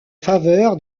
faveur